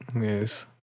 Yes